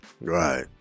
Right